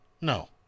No